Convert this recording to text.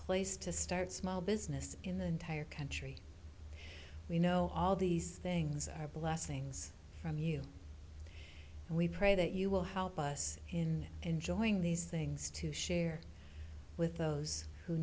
place to start small business in the entire country we know all these things are blessings from you we pray that you will help us in enjoying these things to share with those who